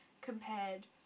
compared